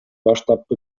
баштапкы